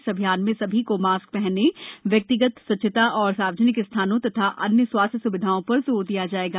इस अभियान में सभी को मास्क हनने व्यक्तिगत स्वच्छता और सार्वजनिक स्थानों और अन्य स्वास्थ्य स्विधाओं पर जोर दिया जाएगा